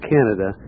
Canada